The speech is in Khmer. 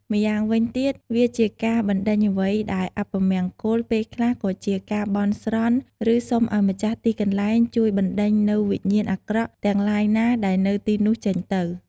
ម្យ៉ាងវិញទៀត វាជាការបណ្ដេញអ្វីដែលអពមង្គល ពេលខ្លះក៏ជាការបន់ស្រន់ ឬសុំឲ្យម្ចាស់ទីកន្លែងជួយបណ្ដេញនូវវិញ្ញាណអាក្រក់ ទាំងឡាយណាដែលនៅទីនោះចេញទៅ។